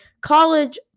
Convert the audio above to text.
college